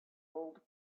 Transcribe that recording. old